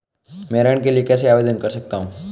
मैं ऋण के लिए कैसे आवेदन कर सकता हूं?